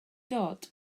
dod